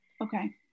Okay